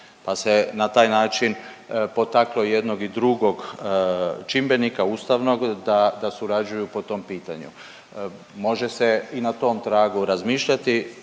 pa se na taj način potaklo jednog i drugog čimbenika ustavnog da surađuju po tom pitanju. Može se i na tom tragu razmišljati.